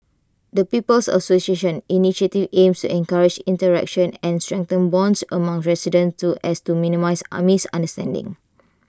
the people's association initiative aims encourage interaction and strengthen bonds among residents to as to minimise A misunderstandings